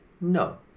No